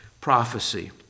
prophecy